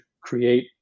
create